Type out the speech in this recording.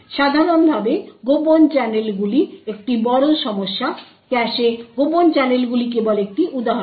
সাধারণভাবে কোভার্ট চ্যানেলগুলি একটি বড় সমস্যা ক্যাশে কোভার্ট চ্যানেলগুলি কেবল একটি উদাহরণ